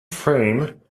frame